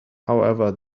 however